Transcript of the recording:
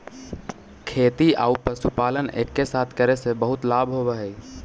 खेती आउ पशुपालन एके साथे करे से बहुत लाभ होब हई